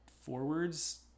forwards